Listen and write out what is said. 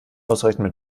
ausreichend